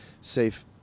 safe